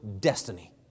destiny